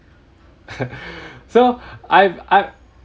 so I I